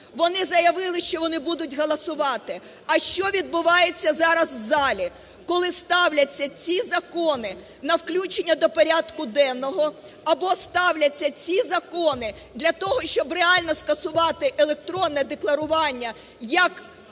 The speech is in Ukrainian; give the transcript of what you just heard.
Вони заявили, що вони будуть голосувати. А що відбувається зараз в залі? Коли ставляться ці закони на включення до порядку денного або ставляться ці закони для того, щоб реально скасувати електронне декларування як